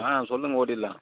ஆ சொல்லுங்கள் ஓட்டிடலாம்